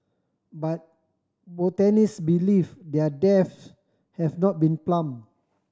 but botanist believe their depths have not been plumbed